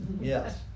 Yes